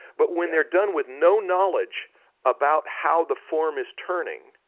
but when they're done with no knowledge about how the form is turning,